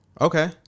Okay